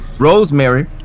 rosemary